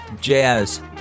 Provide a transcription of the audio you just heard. jazz